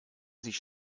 sich